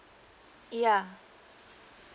yeah